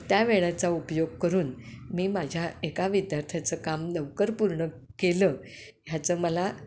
त्यावेेळाचा उपयोग करून मी माझ्या एका विद्यार्थ्याचं काम लवकर पूर्ण केलं ह्याचं मला